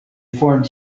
formed